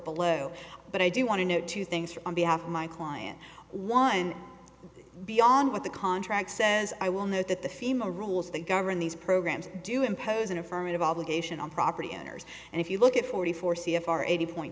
below but i do want to know two things on behalf of my client one beyond what the contract says i will note that the fema rules that govern these programs do impose an affirmative obligation on property owners and if you look at forty four c f r eighty point